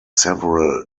several